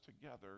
together